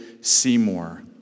Seymour